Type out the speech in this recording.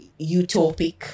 utopic